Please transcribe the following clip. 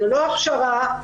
ללא הכשרה.